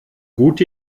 gut